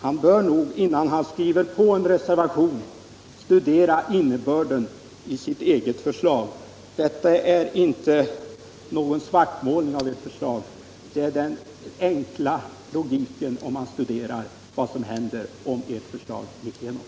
Han bör nog, innan han skriver på en reservation, studera innebörden i sitt eget förslag. Detta är inte någon svartmålning av ert förslag utan den enkla logiken om man studerar vad som skulle hända därest ert förslag gick igenom.